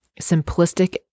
simplistic